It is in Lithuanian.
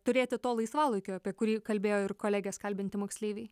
turėti to laisvalaikio apie kurį kalbėjo ir kolegės kalbinti moksleiviai